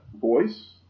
voice